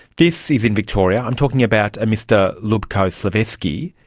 this is in victoria, i'm talking about a mr lupco slaveski.